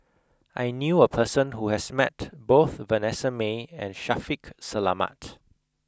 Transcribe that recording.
I knew a person who has met both Vanessa Mae and Shaffiq Selamat